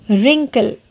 wrinkle